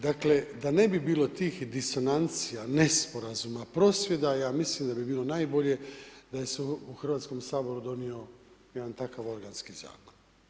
Dakle da ne bi bilo tih disonancija, nesporazuma, prosvjeda ja mislim da bi bilo najbolje da se u Hrvatskom saboru donio jedan takav organski zakon.